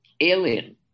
alien